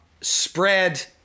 spread